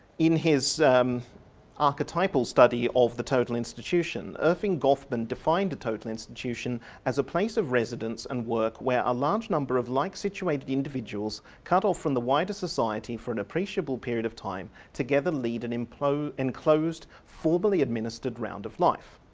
in his archetypal study of the total institution, erving goffman defined a total institution as a place of residence and work where a large number of like situated individuals cut off from the wider society for an appreciable period of time, together lead an enclosed, formally administered round of life.